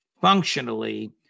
Functionally